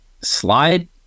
slide